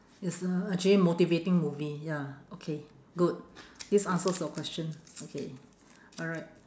it's a actually motivating movie ya okay good this answers your question okay alright